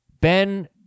Ben